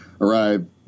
arrive